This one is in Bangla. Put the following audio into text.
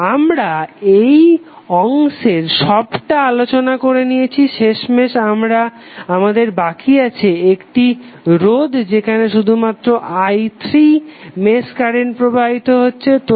তো আমরা এই অংশের সবটা আলোচনা করে নিয়েছি শেষমেশ আমাদের বাকি আছে এই রোধ যেখানে শুধুমাত্র i3 মেশ কারেন্ট প্রবাহিত হচ্ছে